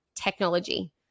Technology